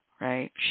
right